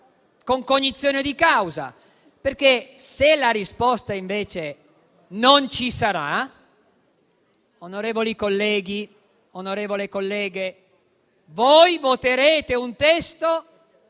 con cognizione di causa. Se la risposta invece non ci sarà, onorevoli colleghi, onorevole colleghe, voi voterete un testo,